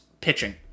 pitching